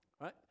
right